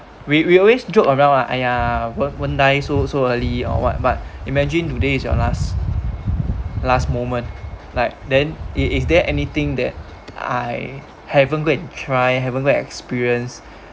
we we always joke around lah !aiya! won't won't die so so early or what but imagine today is your last last moment like then is is there anything that I haven't go and try haven't go and experience